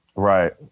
Right